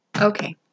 Okay